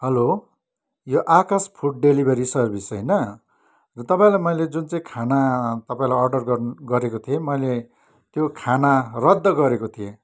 hello यो Akash food delivery service होइन र तपाईँलाई मैले जुन चाहिँ खाना तपाईँलाई अर्डर गरेको थिएँ मैले त्यो खाना रद्द गरेको थिएँ